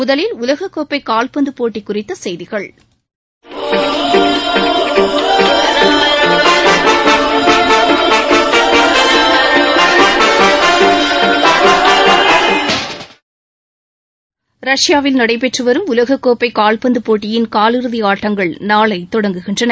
முதலில் உலகக்கோப்பை கால்பந்து போட்டி குறித்த செய்திகள் சவுண்ட் பைட் பாடல் ஒன்று செகண்ட்ஸ் ரஷ்பாவில் நடைபெற்று வரும் உலகக்கோப்பை கால்பந்து போட்டியின் காலிறுதி ஆட்டங்கள் நாளை தொடங்குகின்றன